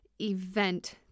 event